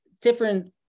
different